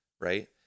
right